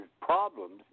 problems